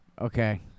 Okay